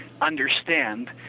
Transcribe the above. understand